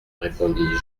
répondis